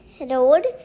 road